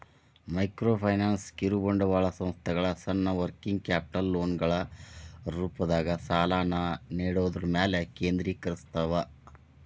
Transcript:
microfinance ಕಿರುಬಂಡವಾಳ ಸಂಸ್ಥೆಗಳ ಸಣ್ಣ ವರ್ಕಿಂಗ್ ಕ್ಯಾಪಿಟಲ್ ಲೋನ್ಗಳ ರೂಪದಾಗ ಸಾಲನ ನೇಡೋದ್ರ ಮ್ಯಾಲೆ ಕೇಂದ್ರೇಕರಸ್ತವ